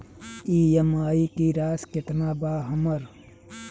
EMI की राशि केतना बा हमर?